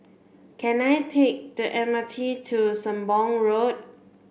can I take the M R T to Sembong Road